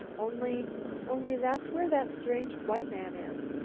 only only that's where that strange white man is.